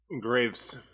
Graves